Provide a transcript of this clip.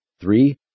Three